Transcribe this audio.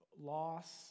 loss